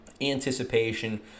anticipation